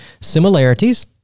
similarities